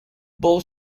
bull